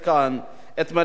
את מלסה סינקה,